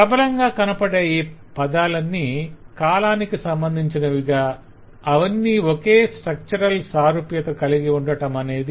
ప్రబలంగా కనపడే ఈ పదాలన్నీ కాలానికి సంబంధించినవిగా అవన్నీ ఒకే స్ట్రక్చరల్ సారూప్యత కలిగియుండటమనేది